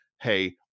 hey